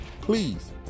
Please